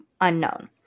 unknown